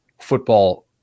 football